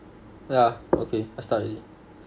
yeah okay I start already